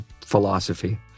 philosophy